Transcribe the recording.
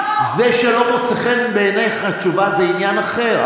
זה שלא מוצאת חן בעינייך התשובה זה עניין אחר,